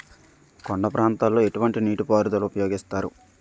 కొండ ప్రాంతాల్లో ఎటువంటి నీటి పారుదల ఉపయోగిస్తారు?